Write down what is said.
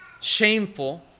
shameful